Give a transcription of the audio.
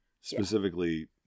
specifically